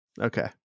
okay